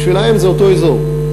בשבילם זה אותו אזור.